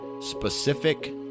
specific